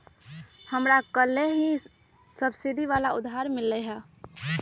हमरा कलेह ही सब्सिडी वाला उधार मिल लय है